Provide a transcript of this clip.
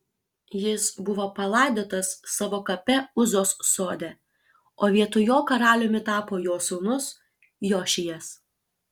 jis buvo palaidotas savo kape uzos sode o vietoj jo karaliumi tapo jo sūnus jošijas